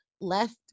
left